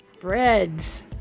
Breads